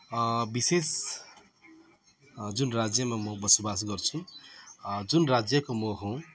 विशेष जुन राज्यमा म बसोबास गर्छु जुन राज्यको म हुँ